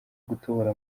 gutobora